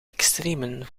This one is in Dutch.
extremen